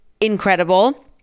incredible